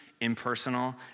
impersonal